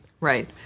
Right